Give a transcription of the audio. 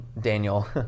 Daniel